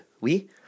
Oui